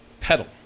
Pedal